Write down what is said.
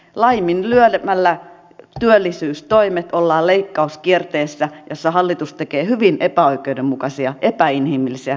laiminlyömällä työllisyystoimet ollaan leikkauskierteessä jossa hallitus tekee hyvin epäoikeudenmukaisia epäinhimillisiä julmiakin arvovalintoja